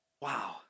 Wow